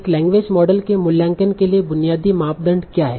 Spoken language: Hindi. एक लैंग्वेज मॉडल के मूल्यांकन के लिए बुनियादी मापदंड क्या है